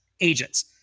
agents